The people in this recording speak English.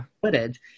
footage